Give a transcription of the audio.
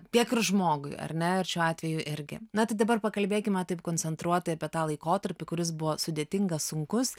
tiek ir žmogui ar ne šiuo atveju irgi na tai dabar pakalbėkime taip koncentruotai apie tą laikotarpį kuris buvo sudėtingas sunkus